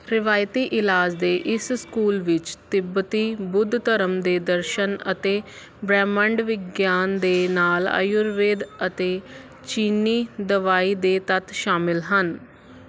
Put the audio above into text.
ਰਵਾਇਤੀ ਇਲਾਜ ਦੇ ਇਸ ਸਕੂਲ ਵਿੱਚ ਤਿੱਬਤੀ ਬੁੱਧ ਧਰਮ ਦੇ ਦਰਸ਼ਨ ਅਤੇ ਬ੍ਰਹਿਮੰਡ ਵਿਗਿਆਨ ਦੇ ਨਾਲ ਆਯੁਰਵੇਦ ਅਤੇ ਚੀਨੀ ਦਵਾਈ ਦੇ ਤੱਤ ਸ਼ਾਮਲ ਹਨ